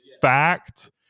fact